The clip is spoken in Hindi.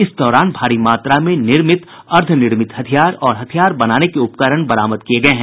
इस दौरान भारी मात्रा में निर्मित अर्द्वनिर्मित हथियार और हथियार बनाने के उपकरण बरामद किये गये है